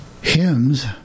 hymns